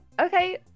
okay